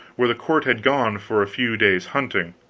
where the court had gone for a few days' hunting.